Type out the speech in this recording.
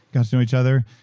got to know each other,